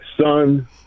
son